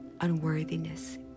unworthiness